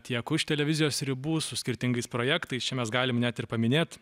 tiek už televizijos ribų su skirtingais projektais čia mes galim net ir paminėt